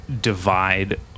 divide